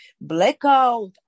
blackout